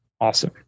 awesome